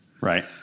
Right